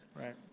right